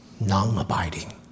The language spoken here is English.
non-abiding